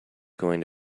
going